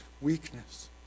weakness